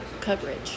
coverage